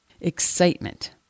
excitement